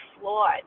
flawed